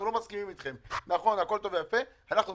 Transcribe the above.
אנחנו לא מסכימים אתכם, אנחנו אומרים,